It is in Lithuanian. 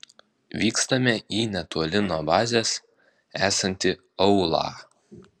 vykstame į netoli nuo bazės esantį aūlą